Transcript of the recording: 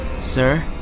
Sir